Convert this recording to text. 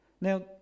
Now